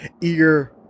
ear